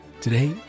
Today